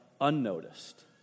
unnoticed